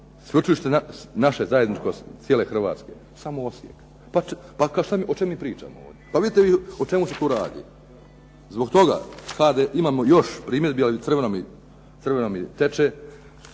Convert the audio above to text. sveučilište naše zajedničko cijele Hrvatske. Samo Osijek. Pa o čem mi pričamo ovdje, pa vidite vi o čemu se tu radi. Zbog toga imamo još primjedbi, ali crveno mi teče.